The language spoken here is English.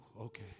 okay